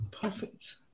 Perfect